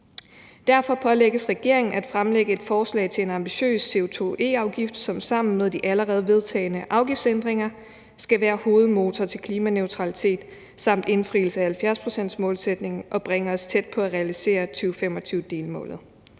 Derfor pålægges regeringen at fremlægge et forslag til en ambitiøs CO2-e-afgift, som sammen med de allerede vedtagne afgiftsændringer skal være hovedmotor til klimaneutralitet samt indfrielse af 70-procentsmålsætningen og bringe os tæt på at realisere 2025-delmålet.